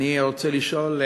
אני רוצה לשאול,